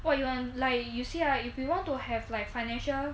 what you want like you see ah if you want to have like financial